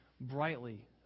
brightly